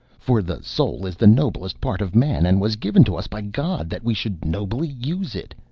for the soul is the noblest part of man, and was given to us by god that we should nobly use it.